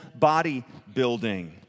Bodybuilding